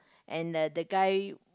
and the the guy